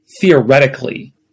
theoretically